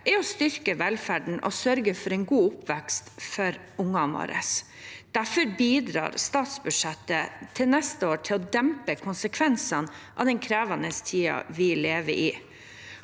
er å styrke velferden og sørge for en god oppvekst for ungene våre. Derfor bidrar statsbudsjettet neste år til å dempe konsekvensene av den krevende tiden vi lever i.